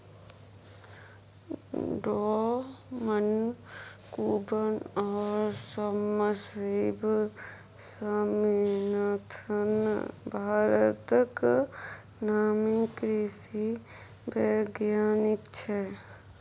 डॉ मनकुंबन आ सामसिब स्वामीनाथन भारतक नामी कृषि बैज्ञानिक छै